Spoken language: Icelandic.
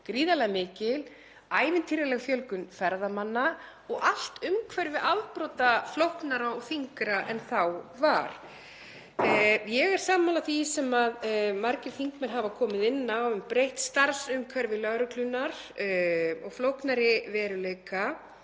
gríðarlega mikil, ævintýraleg fjölgun ferðamanna og allt umhverfi afbrota flóknara og þyngra en þá var. Ég er sammála því sem margir þingmenn hafa komið inn á um breytt starfsumhverfi lögreglunnar og flóknari veruleika.